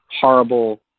horrible